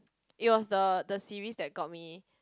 it was the the series that got me